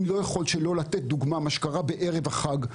אני לא יכול שלא לתת דוגמה את מה שקרה בערב החג.